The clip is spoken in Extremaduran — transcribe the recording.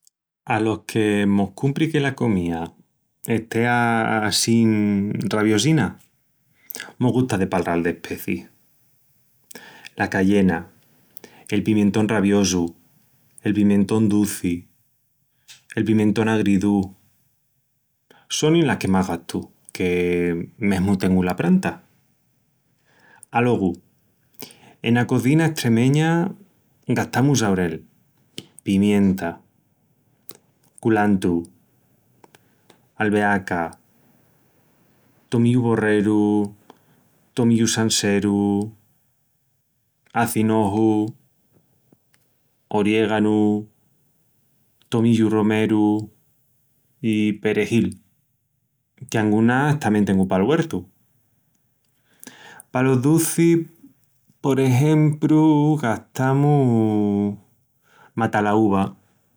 Alos que mos cumpri que la comía estea assín raviosina, mos gusta de palral d'especiis. La cayena, el pimientón raviosu, el pimientón duci, el pimientón agridú, sonin las que más gastu, que mesmu tengu la pranta. Alogu ena cozina estremeña gastamus aurel, pimienta, culantru, albeaca, tomillu borreru, tomillu sanseru, acinoju, oriéganu, tomillu romeru i perejil, que angunas tamién tengu pal güertu. Palos ducis por exempru gastamus matalaúva.